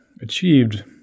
achieved